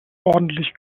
ordentlich